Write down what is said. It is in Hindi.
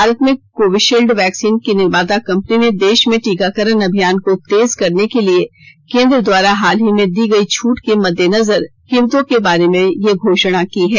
भारत में कोविशील्ड वैक्सीन की निर्माता कम्पनी ने देश में टीकाकरण अभियान को तेज करने के लिए केन्द्र द्वारा हाल में दी गई छूट के मद्देनजर कीमतों के बारे में यह घोषणा की है